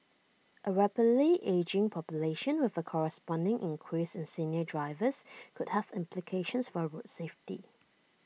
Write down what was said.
A rapidly ageing population with A corresponding increase in senior drivers could have implications for road safety